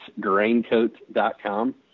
graincoat.com